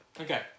okay